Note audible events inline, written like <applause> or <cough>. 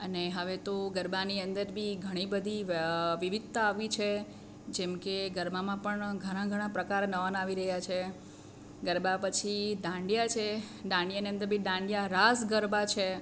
અને હવે તો ગરબાની અંદર બી ઘણી બધી વિવિધતા આવી છે જેમ કે ગરબામાં પણ ઘણા ઘણા પ્રકાર નવા <unintelligible> આવી રયા છે ગરબા પછી દાંડિયા છે દાંડિયાની અંદર બી દાંડિયા રાસ ગરબા છે